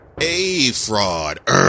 A-Fraud